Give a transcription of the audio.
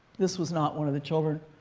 this was not one of the children.